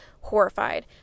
horrified